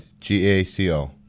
G-A-C-O